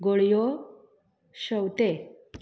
गोळयो शेवतें